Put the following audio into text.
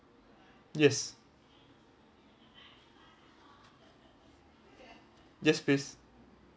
yes yes please